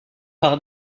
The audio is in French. par